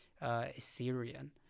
Assyrian